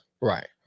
right